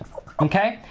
okay?